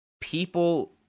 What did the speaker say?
people